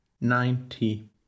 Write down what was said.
ninety